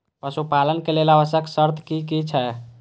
पशु पालन के लेल आवश्यक शर्त की की छै?